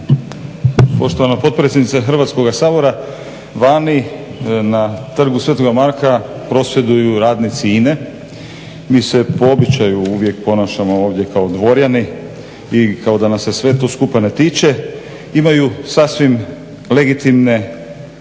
Poštovana potpredsjednice Hrvatskoga sabora vani na trgu SV. Marka prosvjeduju radnici Ine. Mi se po običaju uvijek ponašamo ovdje kao dvorjani i kao da nas se sve to skupa ne tiče. Imaju sasvim legitimne